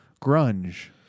grunge